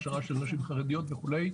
הכשרה של נשים חרדיות וכו',